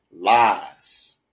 Lies